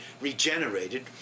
regenerated